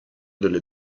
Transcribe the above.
delle